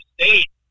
State